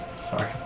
Sorry